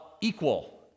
equal